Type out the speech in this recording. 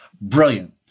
brilliant